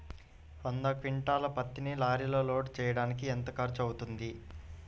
వంద క్వింటాళ్ల పత్తిని లారీలో లోడ్ చేయడానికి ఎంత ఖర్చవుతుంది?